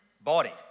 body